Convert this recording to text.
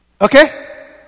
okay